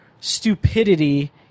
stupidity